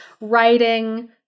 writing